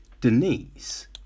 Denise